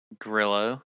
Grillo